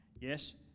Yes